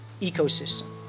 ecosystem